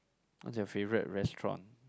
what's your favourite restaurant